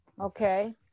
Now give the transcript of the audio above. Okay